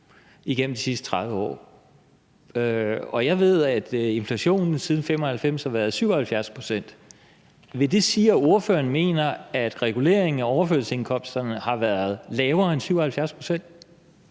igennem de sidste 30 år, og jeg ved, at inflationen siden 1995 har været 77 pct. Vil det sige, at ordføreren mener, at reguleringen af overførselsindkomsterne har været lavere end 77 pct.?